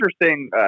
interesting